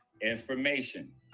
information